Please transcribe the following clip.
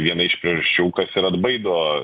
viena iš priežasčių kas ir atbaido